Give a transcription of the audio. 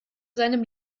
seinem